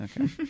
okay